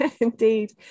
indeed